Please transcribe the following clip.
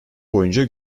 boyunca